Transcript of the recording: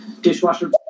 Dishwasher